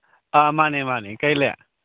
ꯑꯥ ꯃꯥꯅꯦ ꯃꯥꯅꯦ ꯀꯩ ꯂꯩꯔꯦ